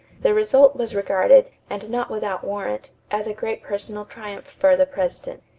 the result was regarded, and not without warrant, as a great personal triumph for the president.